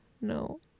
No